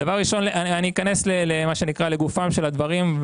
דבר ראשון, אני אכנס למה שנקרא לגופו של הדברים.